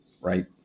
Right